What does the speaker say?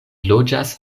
loĝas